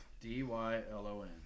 D-Y-L-O-N